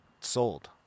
sold